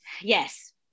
yes